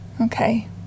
Okay